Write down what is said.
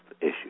issue